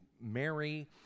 Mary